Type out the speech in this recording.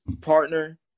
partner